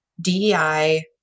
DEI